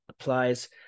applies